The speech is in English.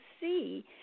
see